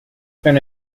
been